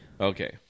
Okay